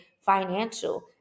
financial